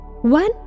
One